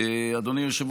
אדוני היושב-ראש,